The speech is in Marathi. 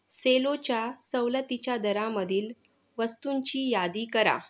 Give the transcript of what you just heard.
सेलोच्या सवलतीच्या दरामधील वस्तूंची यादी करा